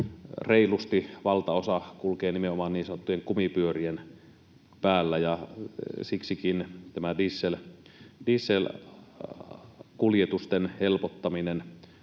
reilusti valtaosa kulkee nimenomaan niin sanottujen kumipyörien päällä, ja siksikin tämä dieselkuljetusten helpottaminen